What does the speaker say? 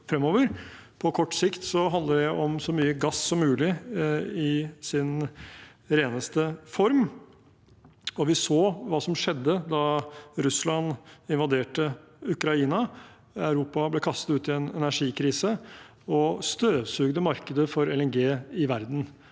På kort sikt handler det om så mye gass som mulig, i sin reneste form. Vi så hva som skjedde da Russland invaderte Ukraina. Europa ble kastet ut i en energikrise og støvsugde markedet i verden